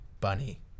bunny